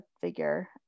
figure